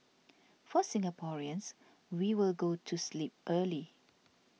for Singaporeans we will go to sleep early